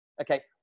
Okay